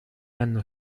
hanno